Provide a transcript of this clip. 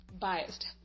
biased